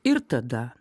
ir tada